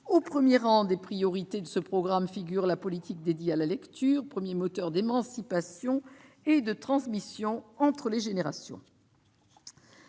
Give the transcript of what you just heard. Au premier rang des priorités de ce programme figure la politique de la lecture, premier moteur d'émancipation et de transmission entre les générations.